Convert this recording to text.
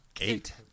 eight